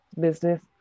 business